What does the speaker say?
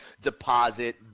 deposit